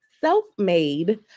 self-made